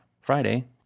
Friday